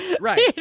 Right